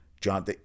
John